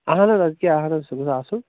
اَہَن حظ اَدٕ کیٛاہ اَہَن حظ سُہ گوٚژھ آسُن